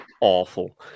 awful